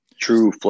true